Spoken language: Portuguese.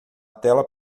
tela